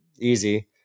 easy